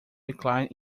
decline